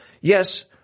Yes